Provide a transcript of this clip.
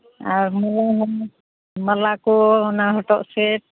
ᱟᱨ ᱢᱟᱞᱟ ᱠᱚ ᱚᱱᱟ ᱦᱚᱴᱚᱜ ᱥᱮᱫ